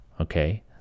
Okay